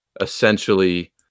essentially